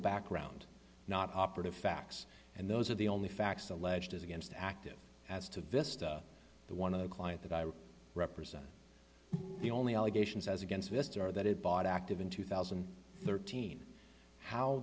background not operative facts and those are the only facts alleged as against active as to vista the one of the client that i represent the only allegations as against mr are that it bought active in two thousand and thirteen how